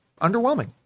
underwhelming